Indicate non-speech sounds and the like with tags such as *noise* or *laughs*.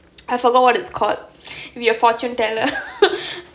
I forgot what it's called be a fortune teller *laughs*